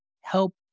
help